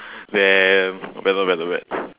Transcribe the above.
damn not bad not bad not bad